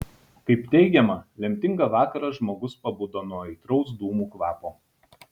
kaip teigiama lemtingą vakarą žmogus pabudo nuo aitraus dūmų kvapo